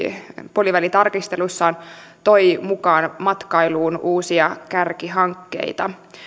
puolivälitarkasteluissaan toi mukaan matkailuun uusia kärkihankkeita